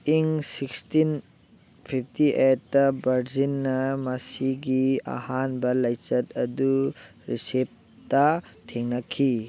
ꯏꯪ ꯁꯤꯛꯁꯇꯤꯟ ꯐꯤꯞꯇꯤꯑꯦꯠꯇ ꯕꯔꯖꯤꯟꯅ ꯃꯁꯤꯒꯤ ꯑꯍꯥꯟꯕ ꯂꯥꯏꯆꯠ ꯑꯗꯨ ꯔꯤꯁꯤꯞꯇꯥ ꯊꯦꯡꯅꯈꯤ